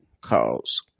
cause